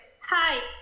Hi